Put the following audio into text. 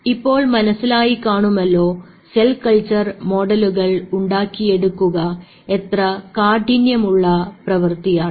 ഇപ്പോൾ മനസ്സിലായിക്കാണുമല്ലോ cell culture മോഡലുകൾ ഉണ്ടാക്കിയെടുക്കുക എത്ര കാഠിന്യമുള്ള പ്രവർത്തിയാണെന്ന്